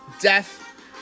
death